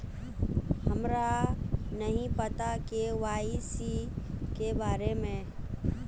हमरा नहीं पता के.वाई.सी के बारे में?